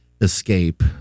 escape